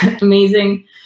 Amazing